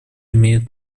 имеет